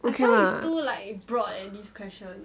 okay lah